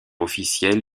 officielle